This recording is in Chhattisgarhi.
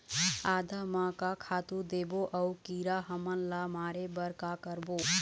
आदा म का खातू देबो अऊ कीरा हमन ला मारे बर का करबो?